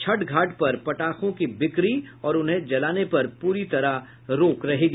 छठ घाट पर पटाखों की बिक्री और उन्हें जलाने पर पूरी तरह रोक रहेगी